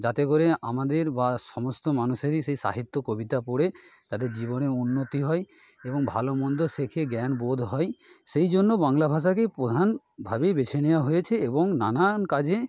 যাতে করে আমাদের বা সমস্ত মানুষেরই সেই সাহিত্য কবিতা পড়ে তাদের জীবনে উন্নতি হয় এবং ভালো মন্দ শেখে জ্ঞান বোধ হয় সেই জন্য বাংলা ভাষাকেই প্রধান ভাবেই বেছে নেওয়া হয়েছে এবং নানান কাজে